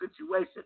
situation